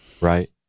right